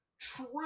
True